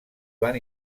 van